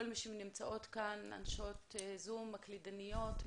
כל מי שנמצאות כאן, גם בזום, הקלדניות,